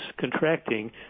contracting